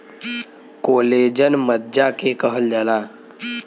collagen मज्जा के कहल जाला